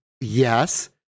Yes